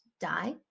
die